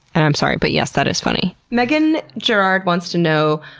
and i'm sorry but yes, that is funny. meaghan gerard wants to know,